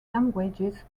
languages